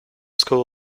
school